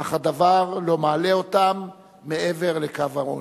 אך הדבר לא מעלה אותם מעבר לקו העוני.